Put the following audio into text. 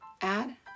add